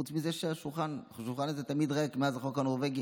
חוץ מזה שהשולחן הזה תמיד ריק מאז החוק הנורבגי.